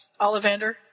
Ollivander